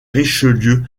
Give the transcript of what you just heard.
richelieu